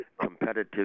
competitive